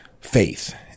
faith